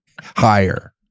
higher